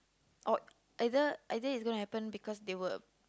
or either either it's going to happen because they will